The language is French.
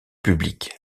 publique